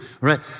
Right